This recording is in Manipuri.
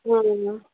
ꯎꯝ